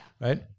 Right